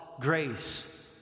grace